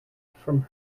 from